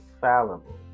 fallible